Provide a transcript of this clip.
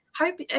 hope